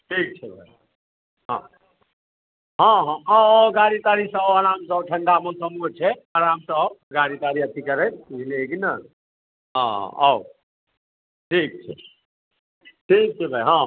ठीक छै भाइ हँ हँ हँ आउ आउ गाड़ी ताड़ीसँ आउ आरामसँ आउ ठण्डा मौसमो छै आरामसँ आउ गाड़ी ताड़ी अथी करैत बुझलियै कि नहि हँ आउ ठीक छै ठीक छै भाइ हँ